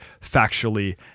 factually